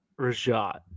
Rajat